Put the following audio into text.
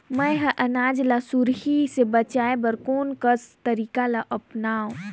मैं ह अनाज ला सुरही से बचाये बर कोन कस तरीका ला अपनाव?